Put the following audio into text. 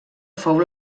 fou